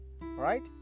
Right